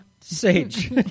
sage